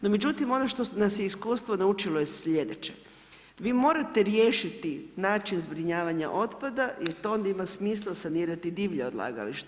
No međutim ono što nas je iskustvo naučilo je sljedeće, vi morate riješiti način zbrinjavanja otpada jer to onda ima smisla sanirati divlje odlagalište.